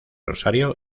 rosario